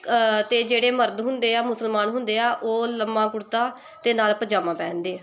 ਅਤੇ ਜਿਹੜੇ ਮਰਦ ਹੁੰਦੇ ਆ ਮੁਸਲਮਾਨ ਹੁੰਦੇ ਆ ਉਹ ਲੰਮਾ ਕੁੜਤਾ ਅਤੇ ਨਾਲ਼ ਪਜਾਮਾ ਪਹਿਨਦੇ ਆ